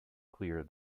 clear